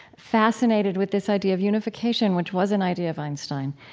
fascinated with this idea of unification, which was an idea of einstein.